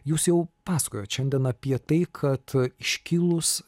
jūs jau pasakojot šiandien apie tai kad iškilūs